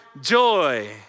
Joy